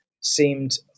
seemed